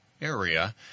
area